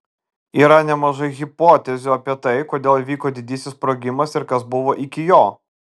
yra nemažai hipotezių apie tai kodėl įvyko didysis sprogimas ir kas buvo iki jo